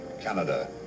canada